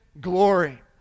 glory